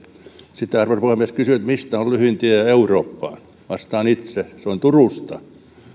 sitten arvoisa puhemies kysyn mistä on lyhyin tie eurooppaan vastaan itse se on turusta